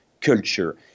culture